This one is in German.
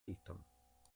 eltern